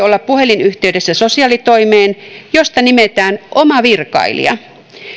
olla puhelinyhteydessä sosiaalitoimeen josta nimetään oma virkailija